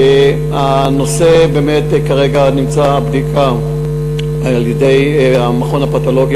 הנושא באמת נמצא כרגע בבדיקה על-ידי המכון הפתולוגי,